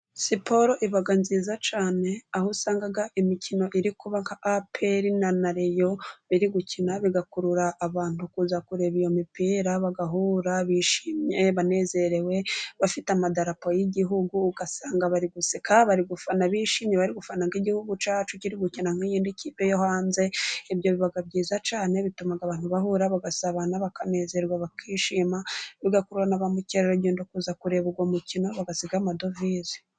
Siporo iba nziza cyane, aho usanga imikino iri kuba nka apr na rayo biri gukina bigakurura abantu kuza kureba iyo mipira bagahura bishimye banezerewe, aba bafite amadarapo y'igihugu ugasanga bari guseka bari gufana bishimye, bari gufana ko igihugu cyacu kiri gukina n'iyi kipe yo hanze ibyo biba byiza cyane, bituma abantu bahura bagasabana, bakanezerwa bakishima bigakurura na ba mukerarugendo kuza kureba uwo mukino bagasiga amadovize.